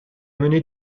mené